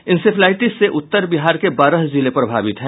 encephalitis से उत्तर बिहार के बारह जिले प्रभावित हैं